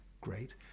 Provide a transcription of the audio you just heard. great